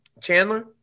Chandler